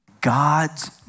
God's